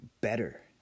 better